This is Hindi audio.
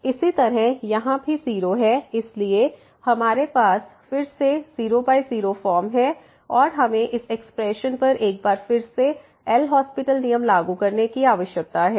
इसी तरह यहां भी 0 है इसलिए हमारे पास फिर से 00 फॉर्म है और हमें इस एक्सप्रेशन पर एक बार फिर से एल हास्पिटलLHospital नियम लागू करने की आवश्यकता है